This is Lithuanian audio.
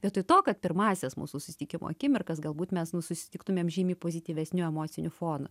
vietoj to kad pirmąsias mūsų susitikimo akimirkas galbūt mes nu susitiktumėm žymiai pozityvesniu emociniu fonu